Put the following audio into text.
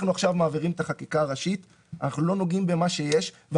אנחנו עכשיו מעבירים את החקיקה הראשית ולא נוגעים במה שיש.